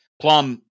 Plum